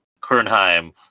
Kernheim